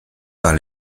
par